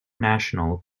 national